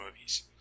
movies